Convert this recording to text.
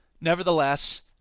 nevertheless